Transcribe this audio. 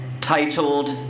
titled